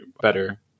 better